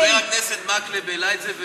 חבר הכנסת מקלב העלה את זה.